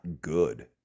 good